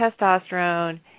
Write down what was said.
testosterone